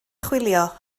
chwilio